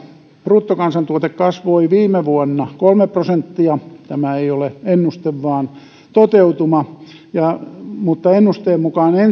bruttokansantuote kasvoi viime vuonna kolme prosenttia tämä ei ole ennuste vaan toteutuma mutta ennusteen mukaan